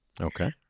Okay